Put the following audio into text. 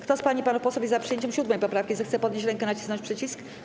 Kto z pań i panów posłów jest za przyjęciem 7. poprawki, zechce podnieść rękę i nacisnąć przycisk.